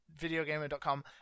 videogamer.com